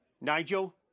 Nigel